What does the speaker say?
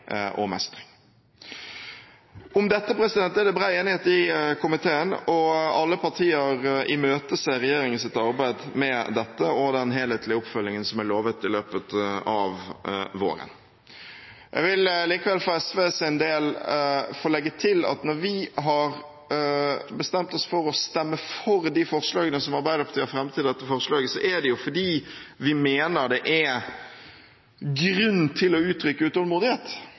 og mestring. Om dette er det bred enighet i komiteen, og alle partier imøteser regjeringens arbeid med dette og den helhetlige oppfølgingen som er lovet i løpet av våren. Jeg vil likevel for SVs del få legge til at når vi har bestemt oss for å stemme for de forslagene som Arbeiderpartiet har fremmet i dette forslaget, er det fordi vi mener det er grunn til å uttrykke utålmodighet.